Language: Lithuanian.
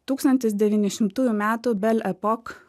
tūkstantis devyni šimtųjų metų belle epoque